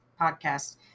podcast